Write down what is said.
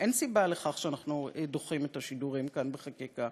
אין סיבה לכך שאנחנו דוחים את השידורים כאן בחקיקה